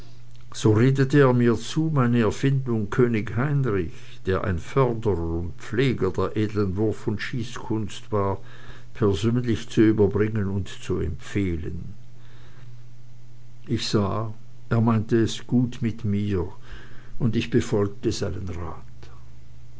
so redete er mir zu meine erfindung könig heinrich der ein förderer und pfleger der edeln wurf und schießkunst war persönlich zu überbringen und zu empfehlen ich sah er meinte es gut mit mir und ich befolgte seinen rat